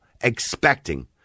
expecting